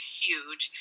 huge